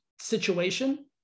situation